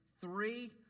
three